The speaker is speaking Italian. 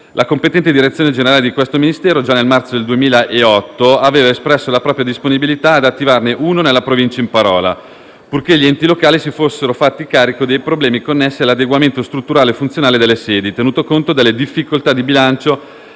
La competente Direzione generale del Ministero per i beni e le attività culturali, già nel marzo del 2008, aveva espresso la propria disponibilità ad attivarne uno nella provincia in parola, purché gli enti locali si fossero fatti carico dei problemi connessi all'adeguamento strutturale e funzionale delle sedi, tenuto conto delle difficoltà di bilancio